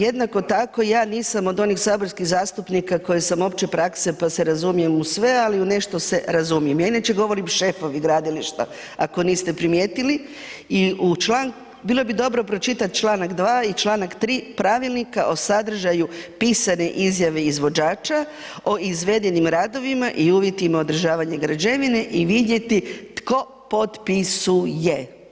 Jednako tako, ja nisam od onih saborskih zastupnika koji sam opće prakse pa se razumijem sve ali u nešto se razumijem, ja inače govori šefovi gradilišta ako niste primijetili i bilo bi dobro pročitati čl. 2. i 3. Pravilnika o sadržaju pisane izjave izvođača o izvedenim radovima i uvjetima održavanja građevine i vidjeti tko potpisuje.